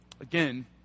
again